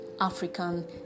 African